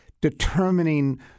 determining